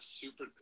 super